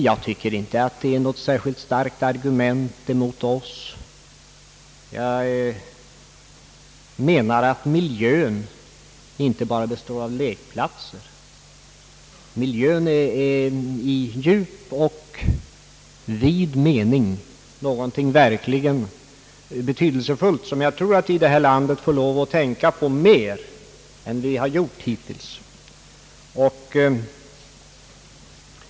Jag tycker inte att det är något särskilt starkt argument mot oss. Vi menar inte att miljön skall bestå av bara lekplatser. Miljön är i djup och vid mening någonting verkligt betydelsefullt, som jag tror att vi i detta land får lov att tänka på mer än vi har gjort hittills.